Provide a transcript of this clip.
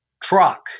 truck